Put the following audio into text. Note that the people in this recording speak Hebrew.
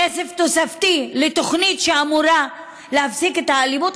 כסף תוספתי לתוכנית שאמורה להפסיק את האלימות?